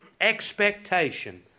expectation